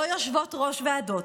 לא יושבות-ראש ועדות,